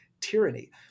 tyranny